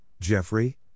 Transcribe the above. Jeffrey